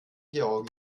georgien